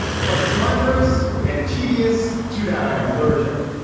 but ponderous and tedious, too, that i am allergic.